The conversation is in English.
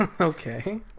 Okay